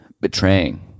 betraying